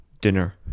dinner